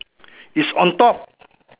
is on top